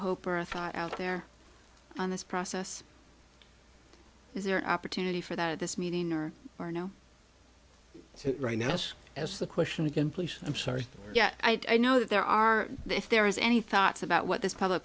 hope or a thought out there on this process is there an opportunity for that this meeting or are no so right now house as the question again please i'm sorry yes i know that there are if there is any thoughts about what this public